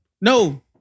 no